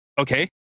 okay